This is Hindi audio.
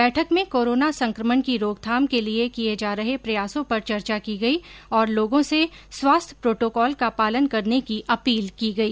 बैठक में कोरोना संकमण की रोकथाम के लिये किये जा रहे प्रयासों पर चर्चा की गई और लोगों से स्वास्थ्य प्रोटोकॉल का पालन करने की अपील की गई